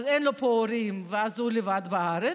ואז אין לו פה הורים והוא לבד בארץ,